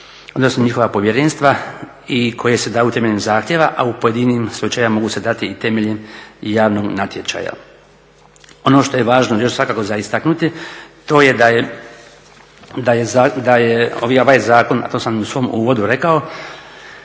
odnosno njihova povjerenstva i koje se … temeljem zahtjeva, a u pojedinim slučajevima mogu se dati i temeljem javnog natječaja. Ono što je važno još za istaknuti to je da je ovaj zakon, a to sam u svom uvodu rekao,